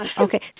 Okay